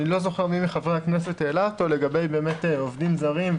אני לא זוכר מי מחברי הכנסת העלה אותו לגבי עובדים זרים.